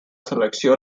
selecció